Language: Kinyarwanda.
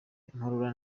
inkorora